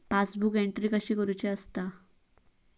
Passbook entry कशी करुची असता?